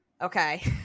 Okay